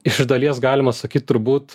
iš dalies galima sakyt turbūt